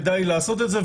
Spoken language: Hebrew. כדאי לעשות את זה.